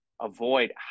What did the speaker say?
avoid